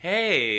Hey